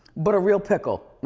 but a real pickle.